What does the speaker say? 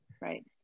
Right